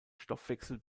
stoffwechsel